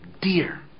dear